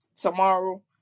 tomorrow